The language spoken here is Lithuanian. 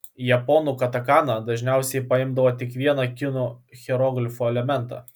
japonų katakana dažniausiai paimdavo tik vieną kinų hieroglifo elementą